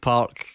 Park